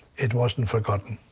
it wasn't forgotten.